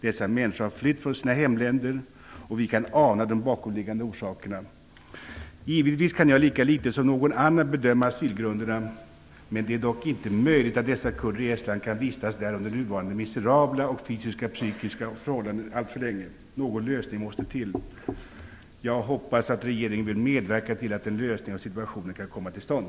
Dessa människor har flytt från sina hemländer, och vi kan ana de bakomliggande orsakerna. Givetvis kan jag lika litet som någon annan bedöma asylgrunderna. Men det är dock inte möjligt att dessa kurder i Estland kan vistas där under nuvarande miserabla fysiska och psykiska förhållanden alltför länge. Någon lösning måste till. Jag hoppas att regeringen vill medverka till att en lösning av situationen kan komma till stånd.